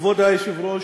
כבוד היושב-ראש,